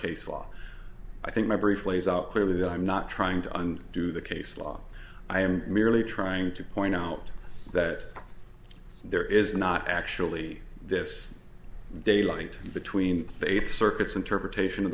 case law i think every plays out clearly that i'm not trying to do the case law i am merely trying to point out that there is not actually this daylight between faith circuits interpretation of